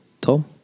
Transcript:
Tom